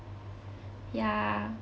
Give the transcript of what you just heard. ya